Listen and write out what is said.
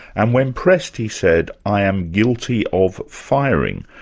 and when pressed, he said, i am guilty of firing.